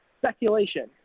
speculation